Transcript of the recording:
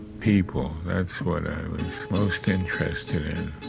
people, that's what i was most interested in.